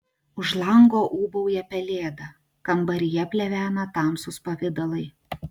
už lango ūbauja pelėda kambaryje plevena tamsūs pavidalai